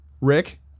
Rick